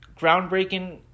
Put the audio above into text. groundbreaking